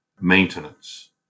maintenance